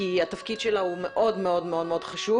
כי התפקיד שלה הוא מאוד מאוד חשוב,